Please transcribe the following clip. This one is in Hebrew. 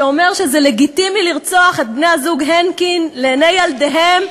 שאומר שזה לגיטימי לרצוח את בני-הזוג הנקין לעיני ילדיהם?